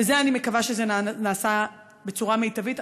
ואני מקווה שזה נעשה בצורה מיטבית.